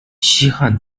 西汉